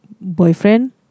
boyfriend